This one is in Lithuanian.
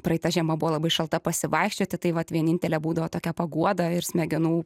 praeita žiema buvo labai šalta pasivaikščioti tai vat vienintelė būdavo tokia paguoda ir smegenų